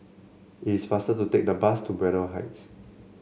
it is faster to take the bus to Braddell Heights